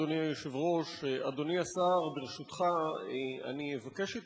אדוני היושב-ראש, אדוני השר, ברשותך, אני אבקש את